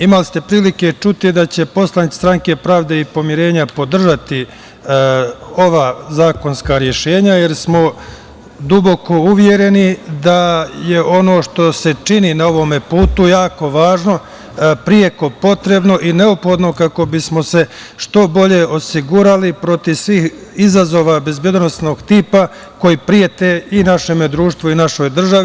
Imali ste prilike čuti da će poslanici Stranke pravde i pomirenja podržati ova zakonska rešenja, jer smo duboko uvereni da je ono što se čini na ovome putu jako važno, preko potrebno i neophodno kako bismo se što bolje osigurali protiv svih izazova bezbednosnog tipa koji prete i našem društvu i našoj državi.